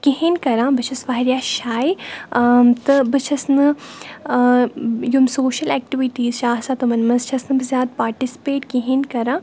کِہیٖنۍ کَران بہٕ چھَس واریاہ شاے ٲں تہٕ بہٕ چھَس نہٕ ٲں یِم سوشَل ایٚکٹِوِٹیٖز چھِ آسان تِمَن منٛز چھَس نہٕ بہٕ زیادٕ پارٹِسِپیٹ کِہیٖنۍ کَران